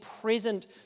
present